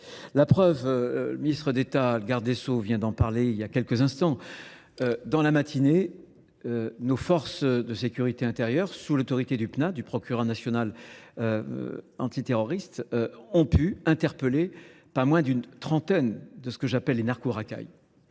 La preuve, le ministre d'État, le garde des Sceaux vient d'en parler il y a quelques instants. Dans la matinée, nos forces de sécurité intérieures, sous l'autorité du PNA, du Procureur national antiterroriste, ont pu interpeller pas moins d'une trentaine de ce que j'appelle les narcos racailles.